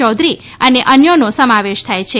ચૌધરી અને અન્યોનો સમાવેશ થાય છે